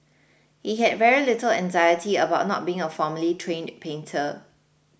he had very little anxiety about not being a formally trained painter